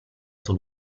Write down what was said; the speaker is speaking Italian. sul